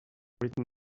written